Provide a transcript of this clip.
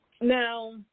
Now